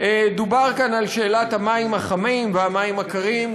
דובר כאן על שאלת המים החמים והמים הקרים,